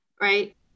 right